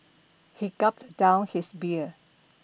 he gulped down his beer